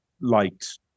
liked